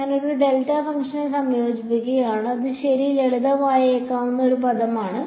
ഞാൻ ഒരു ഡെൽറ്റ ഫംഗ്ഷനെ സംയോജിപ്പിക്കുകയാണ് അത് ശരി ലളിതമാക്കിയേക്കാവുന്ന ഒരേയൊരു പദമാണ്